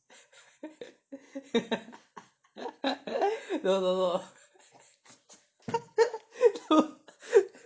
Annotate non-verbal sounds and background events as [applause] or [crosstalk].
[laughs] no no no [laughs]